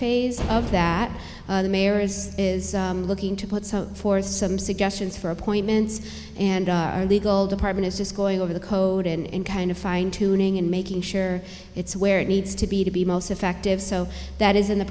phase of that the mayor is is looking to put so forth some suggestions for appointments and our legal department is just going over the code and kind of fine tuning and making sure it's where it needs to to be most effective so that is in the